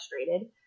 frustrated